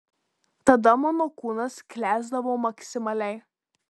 tada mano kūnas sklęsdavo maksimaliai